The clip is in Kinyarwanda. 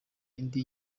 indi